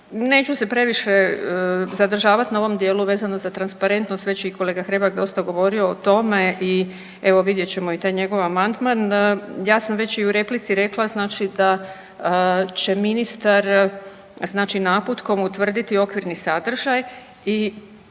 Neću se previše zadržavati na ovom dijelu vezano za transparentnost, već je i kolega Hrebak dosta govorio o tome i evo, vidjet ćemo i taj njegov amandman. Ja sam već i u replici rekla, znači da će ministar, znači naputkom utvrditi okvirni sadržaj i